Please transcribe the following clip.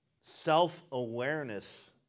self-awareness